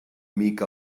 mica